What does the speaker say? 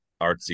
artsy